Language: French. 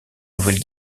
nouvelle